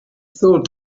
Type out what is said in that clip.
thought